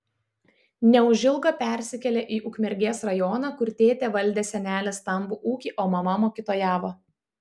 neužilgo persikėlė į ukmergės rajoną kur tėtė valdė senelės stambų ūkį o mama mokytojavo